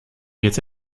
jetzt